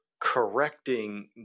correcting